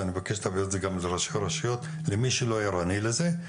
ואני מבקש שתעבירו את זה גם לראשי הרשויות ולמי שלא ערני לזה,